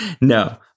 No